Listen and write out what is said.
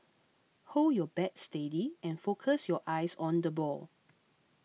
hold your bat steady and focus your eyes on the ball